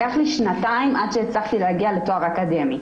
לקח לי שנתיים עד שהצלחתי להגיע לתואר אקדמי.